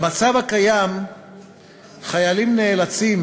במצב הקיים חיילים נאלצים